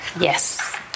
Yes